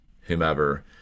whomever